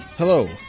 Hello